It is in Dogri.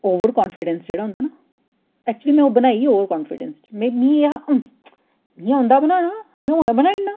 ओवर कान्फिडैंस जेह्ड़ा होंदा ऐ ना ऐक्चुअली मेंओह् बनाई ओवर कान्फिड़ैंस च मिगी एह् हा ह मिगी औंदा बनाना में हून गै बनाई ओड़ना